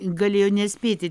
galėjo nespėti